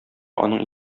аның